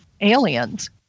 aliens